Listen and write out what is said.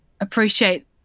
appreciate